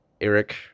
Eric